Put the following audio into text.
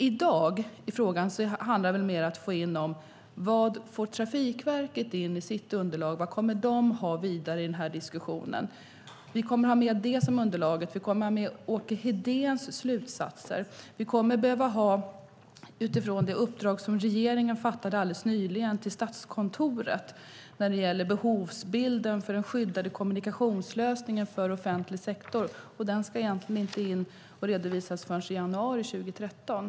I dag handlar det mer om vad Trafikverket får in för underlag, vad de kommer att ha med i den här diskussionen. Vi kommer att ha med det som underlag. Vi kommer att ha med Åke Hedéns slutsatser. Vi kommer även att behöva ha med resultatet av det uppdrag som regeringen nyligen gav till Statskontoret om behovsbilden för den skyddade kommunikationslösningen för offentlig sektor. Det ska dock inte redovisas förrän i januari 2013.